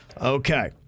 Okay